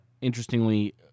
interestingly